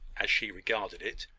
as she regarded it,